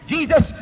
Jesus